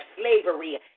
slavery